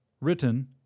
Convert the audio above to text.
Written